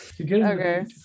okay